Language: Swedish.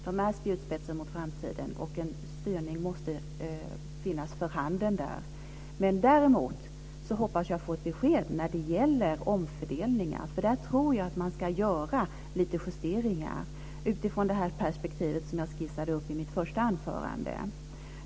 De är spjutspetsar mot framtiden. Där måste det finnas en styrning. Däremot hoppas jag att jag får ett besked när det gäller omfördelningar, för jag tror att man ska göra lite justeringar utifrån det perspektiv som jag skissade upp i mitt första anförande.